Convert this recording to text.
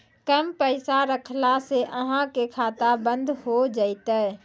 कम पैसा रखला से अहाँ के खाता बंद हो जैतै?